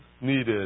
needed